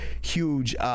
huge –